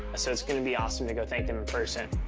so it's gonna be awesome to go thank them in person.